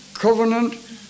covenant